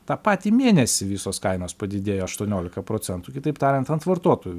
tą patį mėnesį visos kainos padidėjo aštuoniolika procentų kitaip tariant ant vartotojų